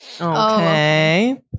Okay